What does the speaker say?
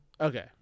Okay